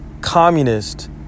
communist